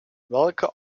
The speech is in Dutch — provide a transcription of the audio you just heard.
welke